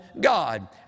God